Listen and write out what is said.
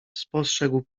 spostrzegł